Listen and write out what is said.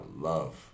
love